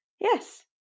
Yes